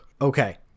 Okay